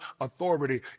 authority